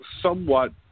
somewhat